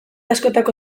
askotako